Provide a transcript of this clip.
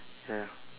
ya